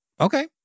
Okay